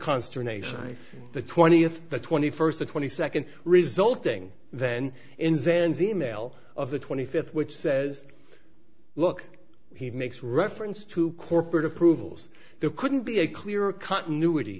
consternation if the twentieth the twenty first or twenty second resulting then in san's e mail of the twenty fifth which says look he makes reference to corporate approvals there couldn't be a clearer continuity